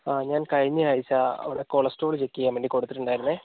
ആ ഞാൻ കഴിഞ്ഞയാഴ്ച അവിടെ കൊളസ്ട്രോൾ ചെക്ക് ചെയ്യാൻ വേണ്ടി കൊടുത്തിട്ടുണ്ടായിരുന്നേ